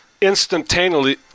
instantaneously